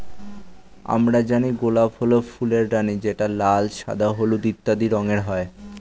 আমরা জানি গোলাপ হল ফুলের রানী যেটা লাল, সাদা, হলুদ ইত্যাদি রঙের হয়